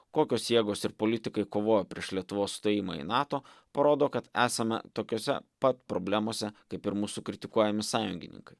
kokios jėgos ir politikai kovojo prieš lietuvos stojimą į nato parodo kad esame tokiuose pat problemose kaip ir mūsų kritikuojami sąjungininkai